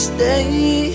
Stay